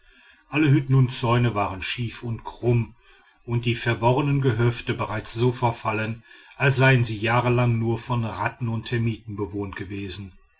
alle hütten und zäune waren schief und krumm und die verworrenen gehöfte bereits so verfallen als seien sie jahrelang nur von ratten und termiten bewohnt gewesen